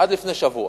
עד לפני שבוע.